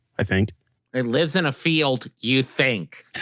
i think it lives in a field, you think